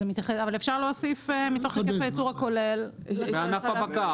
אפשר להוסיף מתוך היקף הייצור הכולל בענף הבקר.